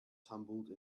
tumbled